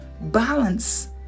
Balance